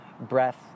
breath